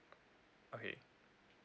okay